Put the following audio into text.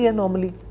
normally